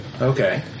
Okay